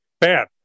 bad